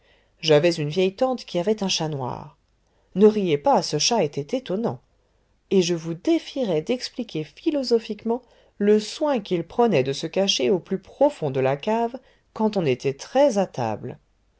j'avais une vieille tante qui avait un chat noir ne riez pas ce chat était étonnant et je vous défierais d'expliquer philosophiquement le soin qu'il prenait de se cacher au plus profond de la cave quand on était treize à table